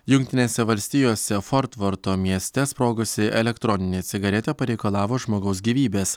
jungtinėse valstijose fortvorto mieste sprogusi elektroninė cigaretė pareikalavo žmogaus gyvybės